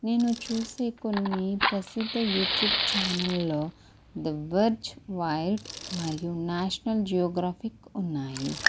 నేను చూసే కొన్ని ప్రసిద్ధ యూట్యూబ్ ఛానళ్లు ది వర్జ్ వైడ్ మరియు నేషనల్ జియోగ్రాఫిక్ ఉన్నాయి